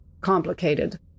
complicated